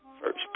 First